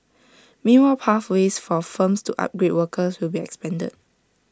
mean pathways for firms to upgrade workers will be expanded